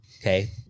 okay